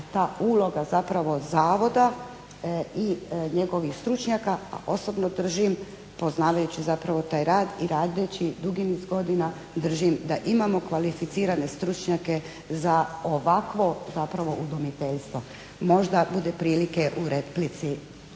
ta uloga zapravo zavoda i njegovih stručnjaka, a osobno držim poznavajući zapravo taj rad i radeći dugi niz godina držim da imamo kvalificirane stručnjake za ovakvo zapravo udomiteljstvo. Možda bude prilike u replici.